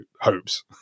hopes